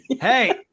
hey